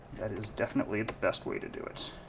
that is definitely the best way to do it.